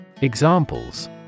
Examples